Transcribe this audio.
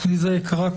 ליזה יקרה,